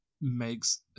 makes